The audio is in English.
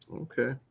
Okay